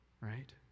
right